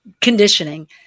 conditioning